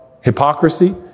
hypocrisy